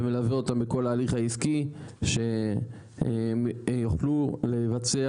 ומלווה אותם בכל ההליך העסקי שיוכלו לבצע